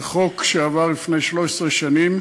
זה חוק שעבר לפני 13 שנים,